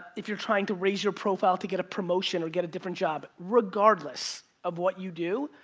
if you're trying to raise your profile to get a promotion, or get a different job. regardless of what you do,